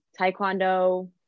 taekwondo